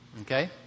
okay